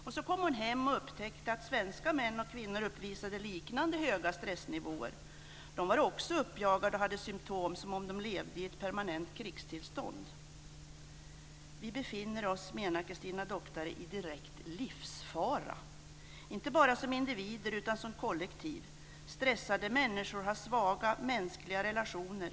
Sedan kom hon hem och upptäcke att svenska män och kvinnor uppvisade liknande höga stressnivåer. De var också uppjagade och hade symtom som om de levde i ett permanent krigstillstånd. Christina Doctare menar att vi befinner oss i direkt livsfara inte bara som individer utan som kollektiv. Stressade människor har svaga mänskliga relationer.